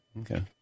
Okay